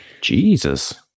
Jesus